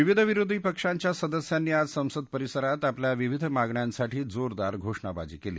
विविध विरोधी पक्षांच्या सदस्यांनी आज संसद परिसरात आपल्या विविध मागण्यांसाठी जोरदार घोषणाबाजी केली